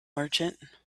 merchant